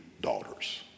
daughters